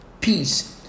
Peace